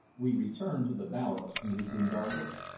we returned to the bower and resumed our work.